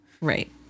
Right